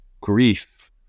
grief